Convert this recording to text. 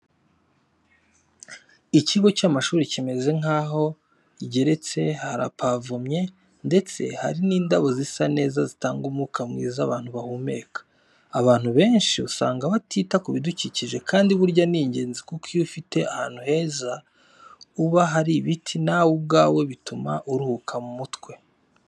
Ikigo cy'amashuri kimeze nk'aho igeretse harapavomye ndetse hari n'indabyo zisa neza zitanga umwuka mwiza abantu bahumeka, abantu benshi usanga batita ku bidukikije kandi burya ni ingenzi kuko iyo ufite ahantu heza uba hari ibiti nawe ubwawe bituma uruhuka mu mutwe.